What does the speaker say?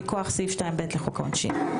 מכוח סעיף 2(ב) לחוק העונשין.